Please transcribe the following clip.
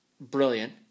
brilliant